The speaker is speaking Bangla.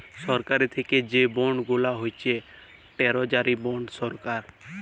সরকারি থ্যাকে যে বল্ড গুলান হছে টেরজারি বল্ড সরকার